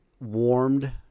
warmed